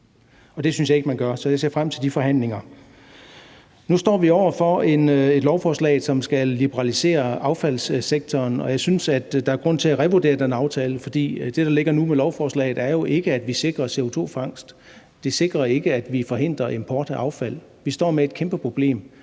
det synes jeg ikke man gør. Så jeg ser frem til de forhandlinger. Nu står vi over for et lovforslag, som skal liberalisere affaldssektoren, og jeg synes, at der er grund til at revurdere den aftale, for det, der ligger nu med lovforslaget, er jo ikke, at vi sikrer CO2-fangst. Det sikrer ikke, at vi forhindrer import af affald. Vi står med et kæmpe problem.